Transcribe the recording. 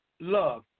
love